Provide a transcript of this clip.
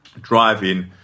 driving